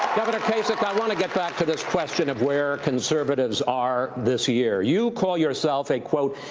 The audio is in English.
i want to get back to this question of where conservatives are this year. you call yourself a, quote,